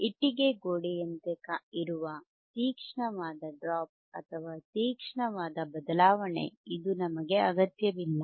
ಇಟ್ಟಿಗೆ ಗೋಡೆಯಂತೆ ಇರುವ ತೀಕ್ಷ್ಣವಾದ ಡ್ರಾಪ್ ಅಥವಾ ತೀಕ್ಷ್ಣವಾದ ಬದಲಾವಣೆ ಇದು ನಮಗೆ ಅಗತ್ಯವಿಲ್ಲ